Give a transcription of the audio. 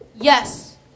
Yes